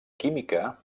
química